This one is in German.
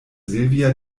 silvia